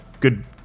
Good